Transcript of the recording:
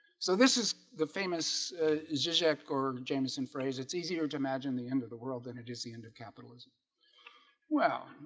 so this is the famous reject or jameson phrase it's easier to imagine the end of the world than it is the end of capitalism well,